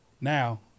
Now